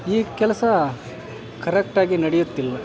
ಈ ಕೆಲಸ ಕರೆಕ್ಟಾಗಿ ನಡೆಯುತ್ತಿಲ್ಲ